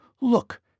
Look